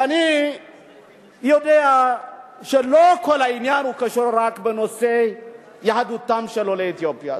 ואני יודע שלא כל העניין קשור רק לנושא יהדותם של עולי אתיופיה,